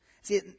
See